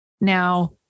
Now